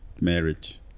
marriage